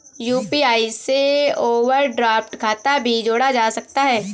UPI से overdraft खाता भी जोड़ा जा सकता है